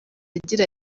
agira